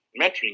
mentoring